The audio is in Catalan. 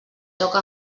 toca